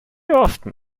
often